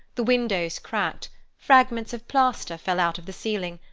the windows cracked fragments of plaster fell out of the ceiling,